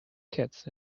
kits